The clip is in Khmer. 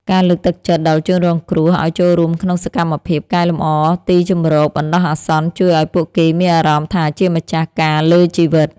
ការលើកទឹកចិត្តដល់ជនរងគ្រោះឱ្យចូលរួមក្នុងសកម្មភាពកែលម្អទីជម្រកបណ្តោះអាសន្នជួយឱ្យពួកគេមានអារម្មណ៍ថាជាម្ចាស់ការលើជីវិត។